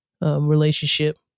relationship